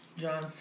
John